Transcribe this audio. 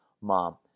mom